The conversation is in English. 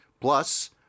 plus